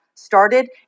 started